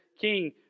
king